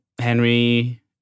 Henry